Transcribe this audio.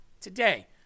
today